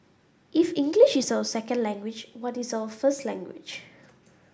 if English is our second language what is our first language